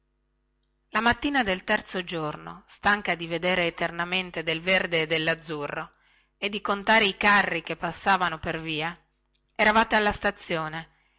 la mattina del terzo giorno stanca di vedere eternamente del verde e dellazzurro e di contare i carri che passavano per via eravate alla stazione